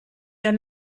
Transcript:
der